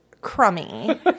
crummy